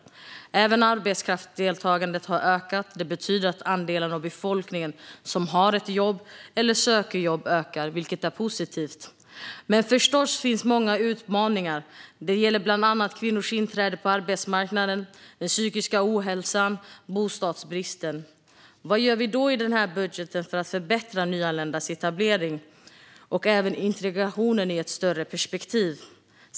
Även arbetskraftsdeltagandet har ökat. Det betyder att andelen av befolkningen som har ett jobb eller söker jobb ökar, vilket är positivt. Men förstås finns många utmaningar. Det gäller bland annat kvinnors inträde på arbetsmarknaden, den psykiska ohälsan och bostadsbristen. Vad gör vi då i den här budgeten för att förbättra nyanländas etablering och även integrationen i ett större perspektiv?